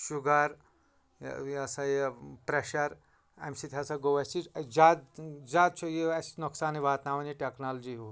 sugar یہِ ہسا یہِ پریشر امہِ سۭتۍ ہسا گوٚو اسہِ یہِ زیادٕ زیادٕ چھُ یہِ اسہِ نۄقصانٕے واتناوان یہِ ٹٮ۪کنالجی ہُہ